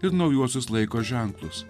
ir naujuosius laiko ženklus